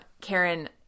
Karen